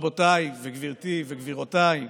רבותיי וגברתי וגבירותיי,